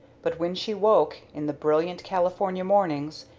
but when she woke, in the brilliant california mornings,